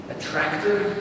Attractive